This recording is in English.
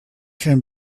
can